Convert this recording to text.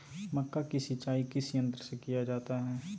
मक्का की सिंचाई किस यंत्र से किया जाता है?